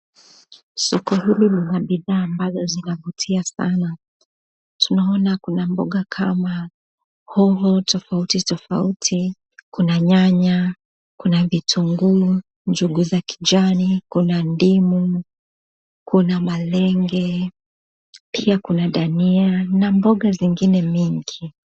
Hili linakaa kuwa darasa unaonyesha